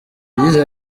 yagize